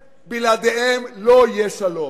בלעדיהן לא יהיה שלום.